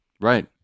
Right